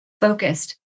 focused